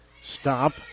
stop